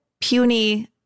puny